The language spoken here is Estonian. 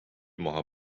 maha